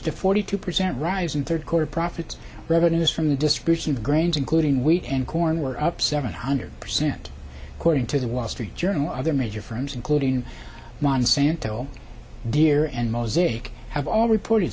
a forty two percent rise in third quarter profits revenues from the distribution of grains including wheat and corn were up seven hundred percent according to the wall street journal other major firms including monsanto deer and mosaic have al